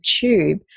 tube